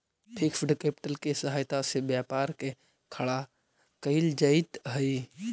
fixed capital के सहायता से व्यापार के खड़ा कईल जइत हई